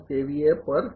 તેથી